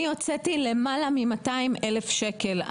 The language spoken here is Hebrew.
אני הוצאתי למעלה מ-200,000 שקלים.